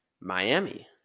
Miami